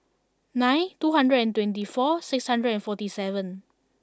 nine two hundred and twenty four six hundred and forty seven